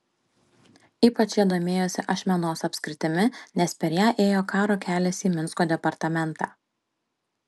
ypač jie domėjosi ašmenos apskritimi nes per ją ėjo karo kelias į minsko departamentą